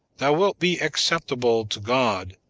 thou wilt be acceptable to god,